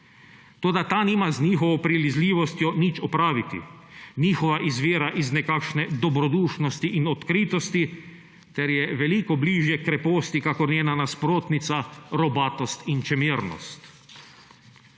Toda ta nima z njihovo prilizljivostjo nič opraviti. Njihova izvira iz nekakšne dobrodušnosti in odkritosti ter je veliko bližje kreposti kakor njena nasprotnica robatost in čemernost.